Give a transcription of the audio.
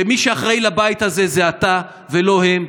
שמי שאחראי לבית הזה זה אתה ולא הם,